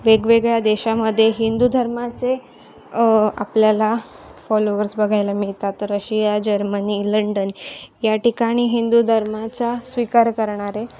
वेगवेगळ्या देशामदे हिंदू धर्माचे आपल्याला फॉलोवर्स बघायला मिळतात रशिया जर्मनी लंडन या ठिकाणी हिंदू धर्माचा स्वीकार करणारे